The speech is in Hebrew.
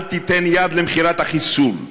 אל תיתן יד למכירת החיסול,